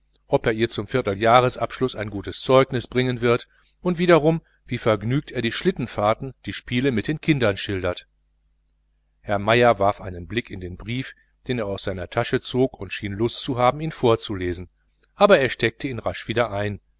ob er ihr zum quartalsabschluß ein gutes zeugnis bringen wird und wiederum wie vergnügt er die schlittenfahrten die spiele mit den kindern schildert herr meier warf einen blick in den brief den er ans seiner tasche zog und schien lust zu haben ihn vorzulesen aber er steckte ihn rasch wieder ein